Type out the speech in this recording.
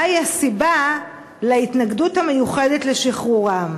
היא הסיבה להתנגדות המיוחדת לשחרורם?